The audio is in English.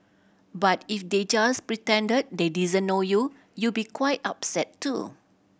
but if they just pretended they didn't know you you be quite upset too